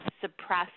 suppress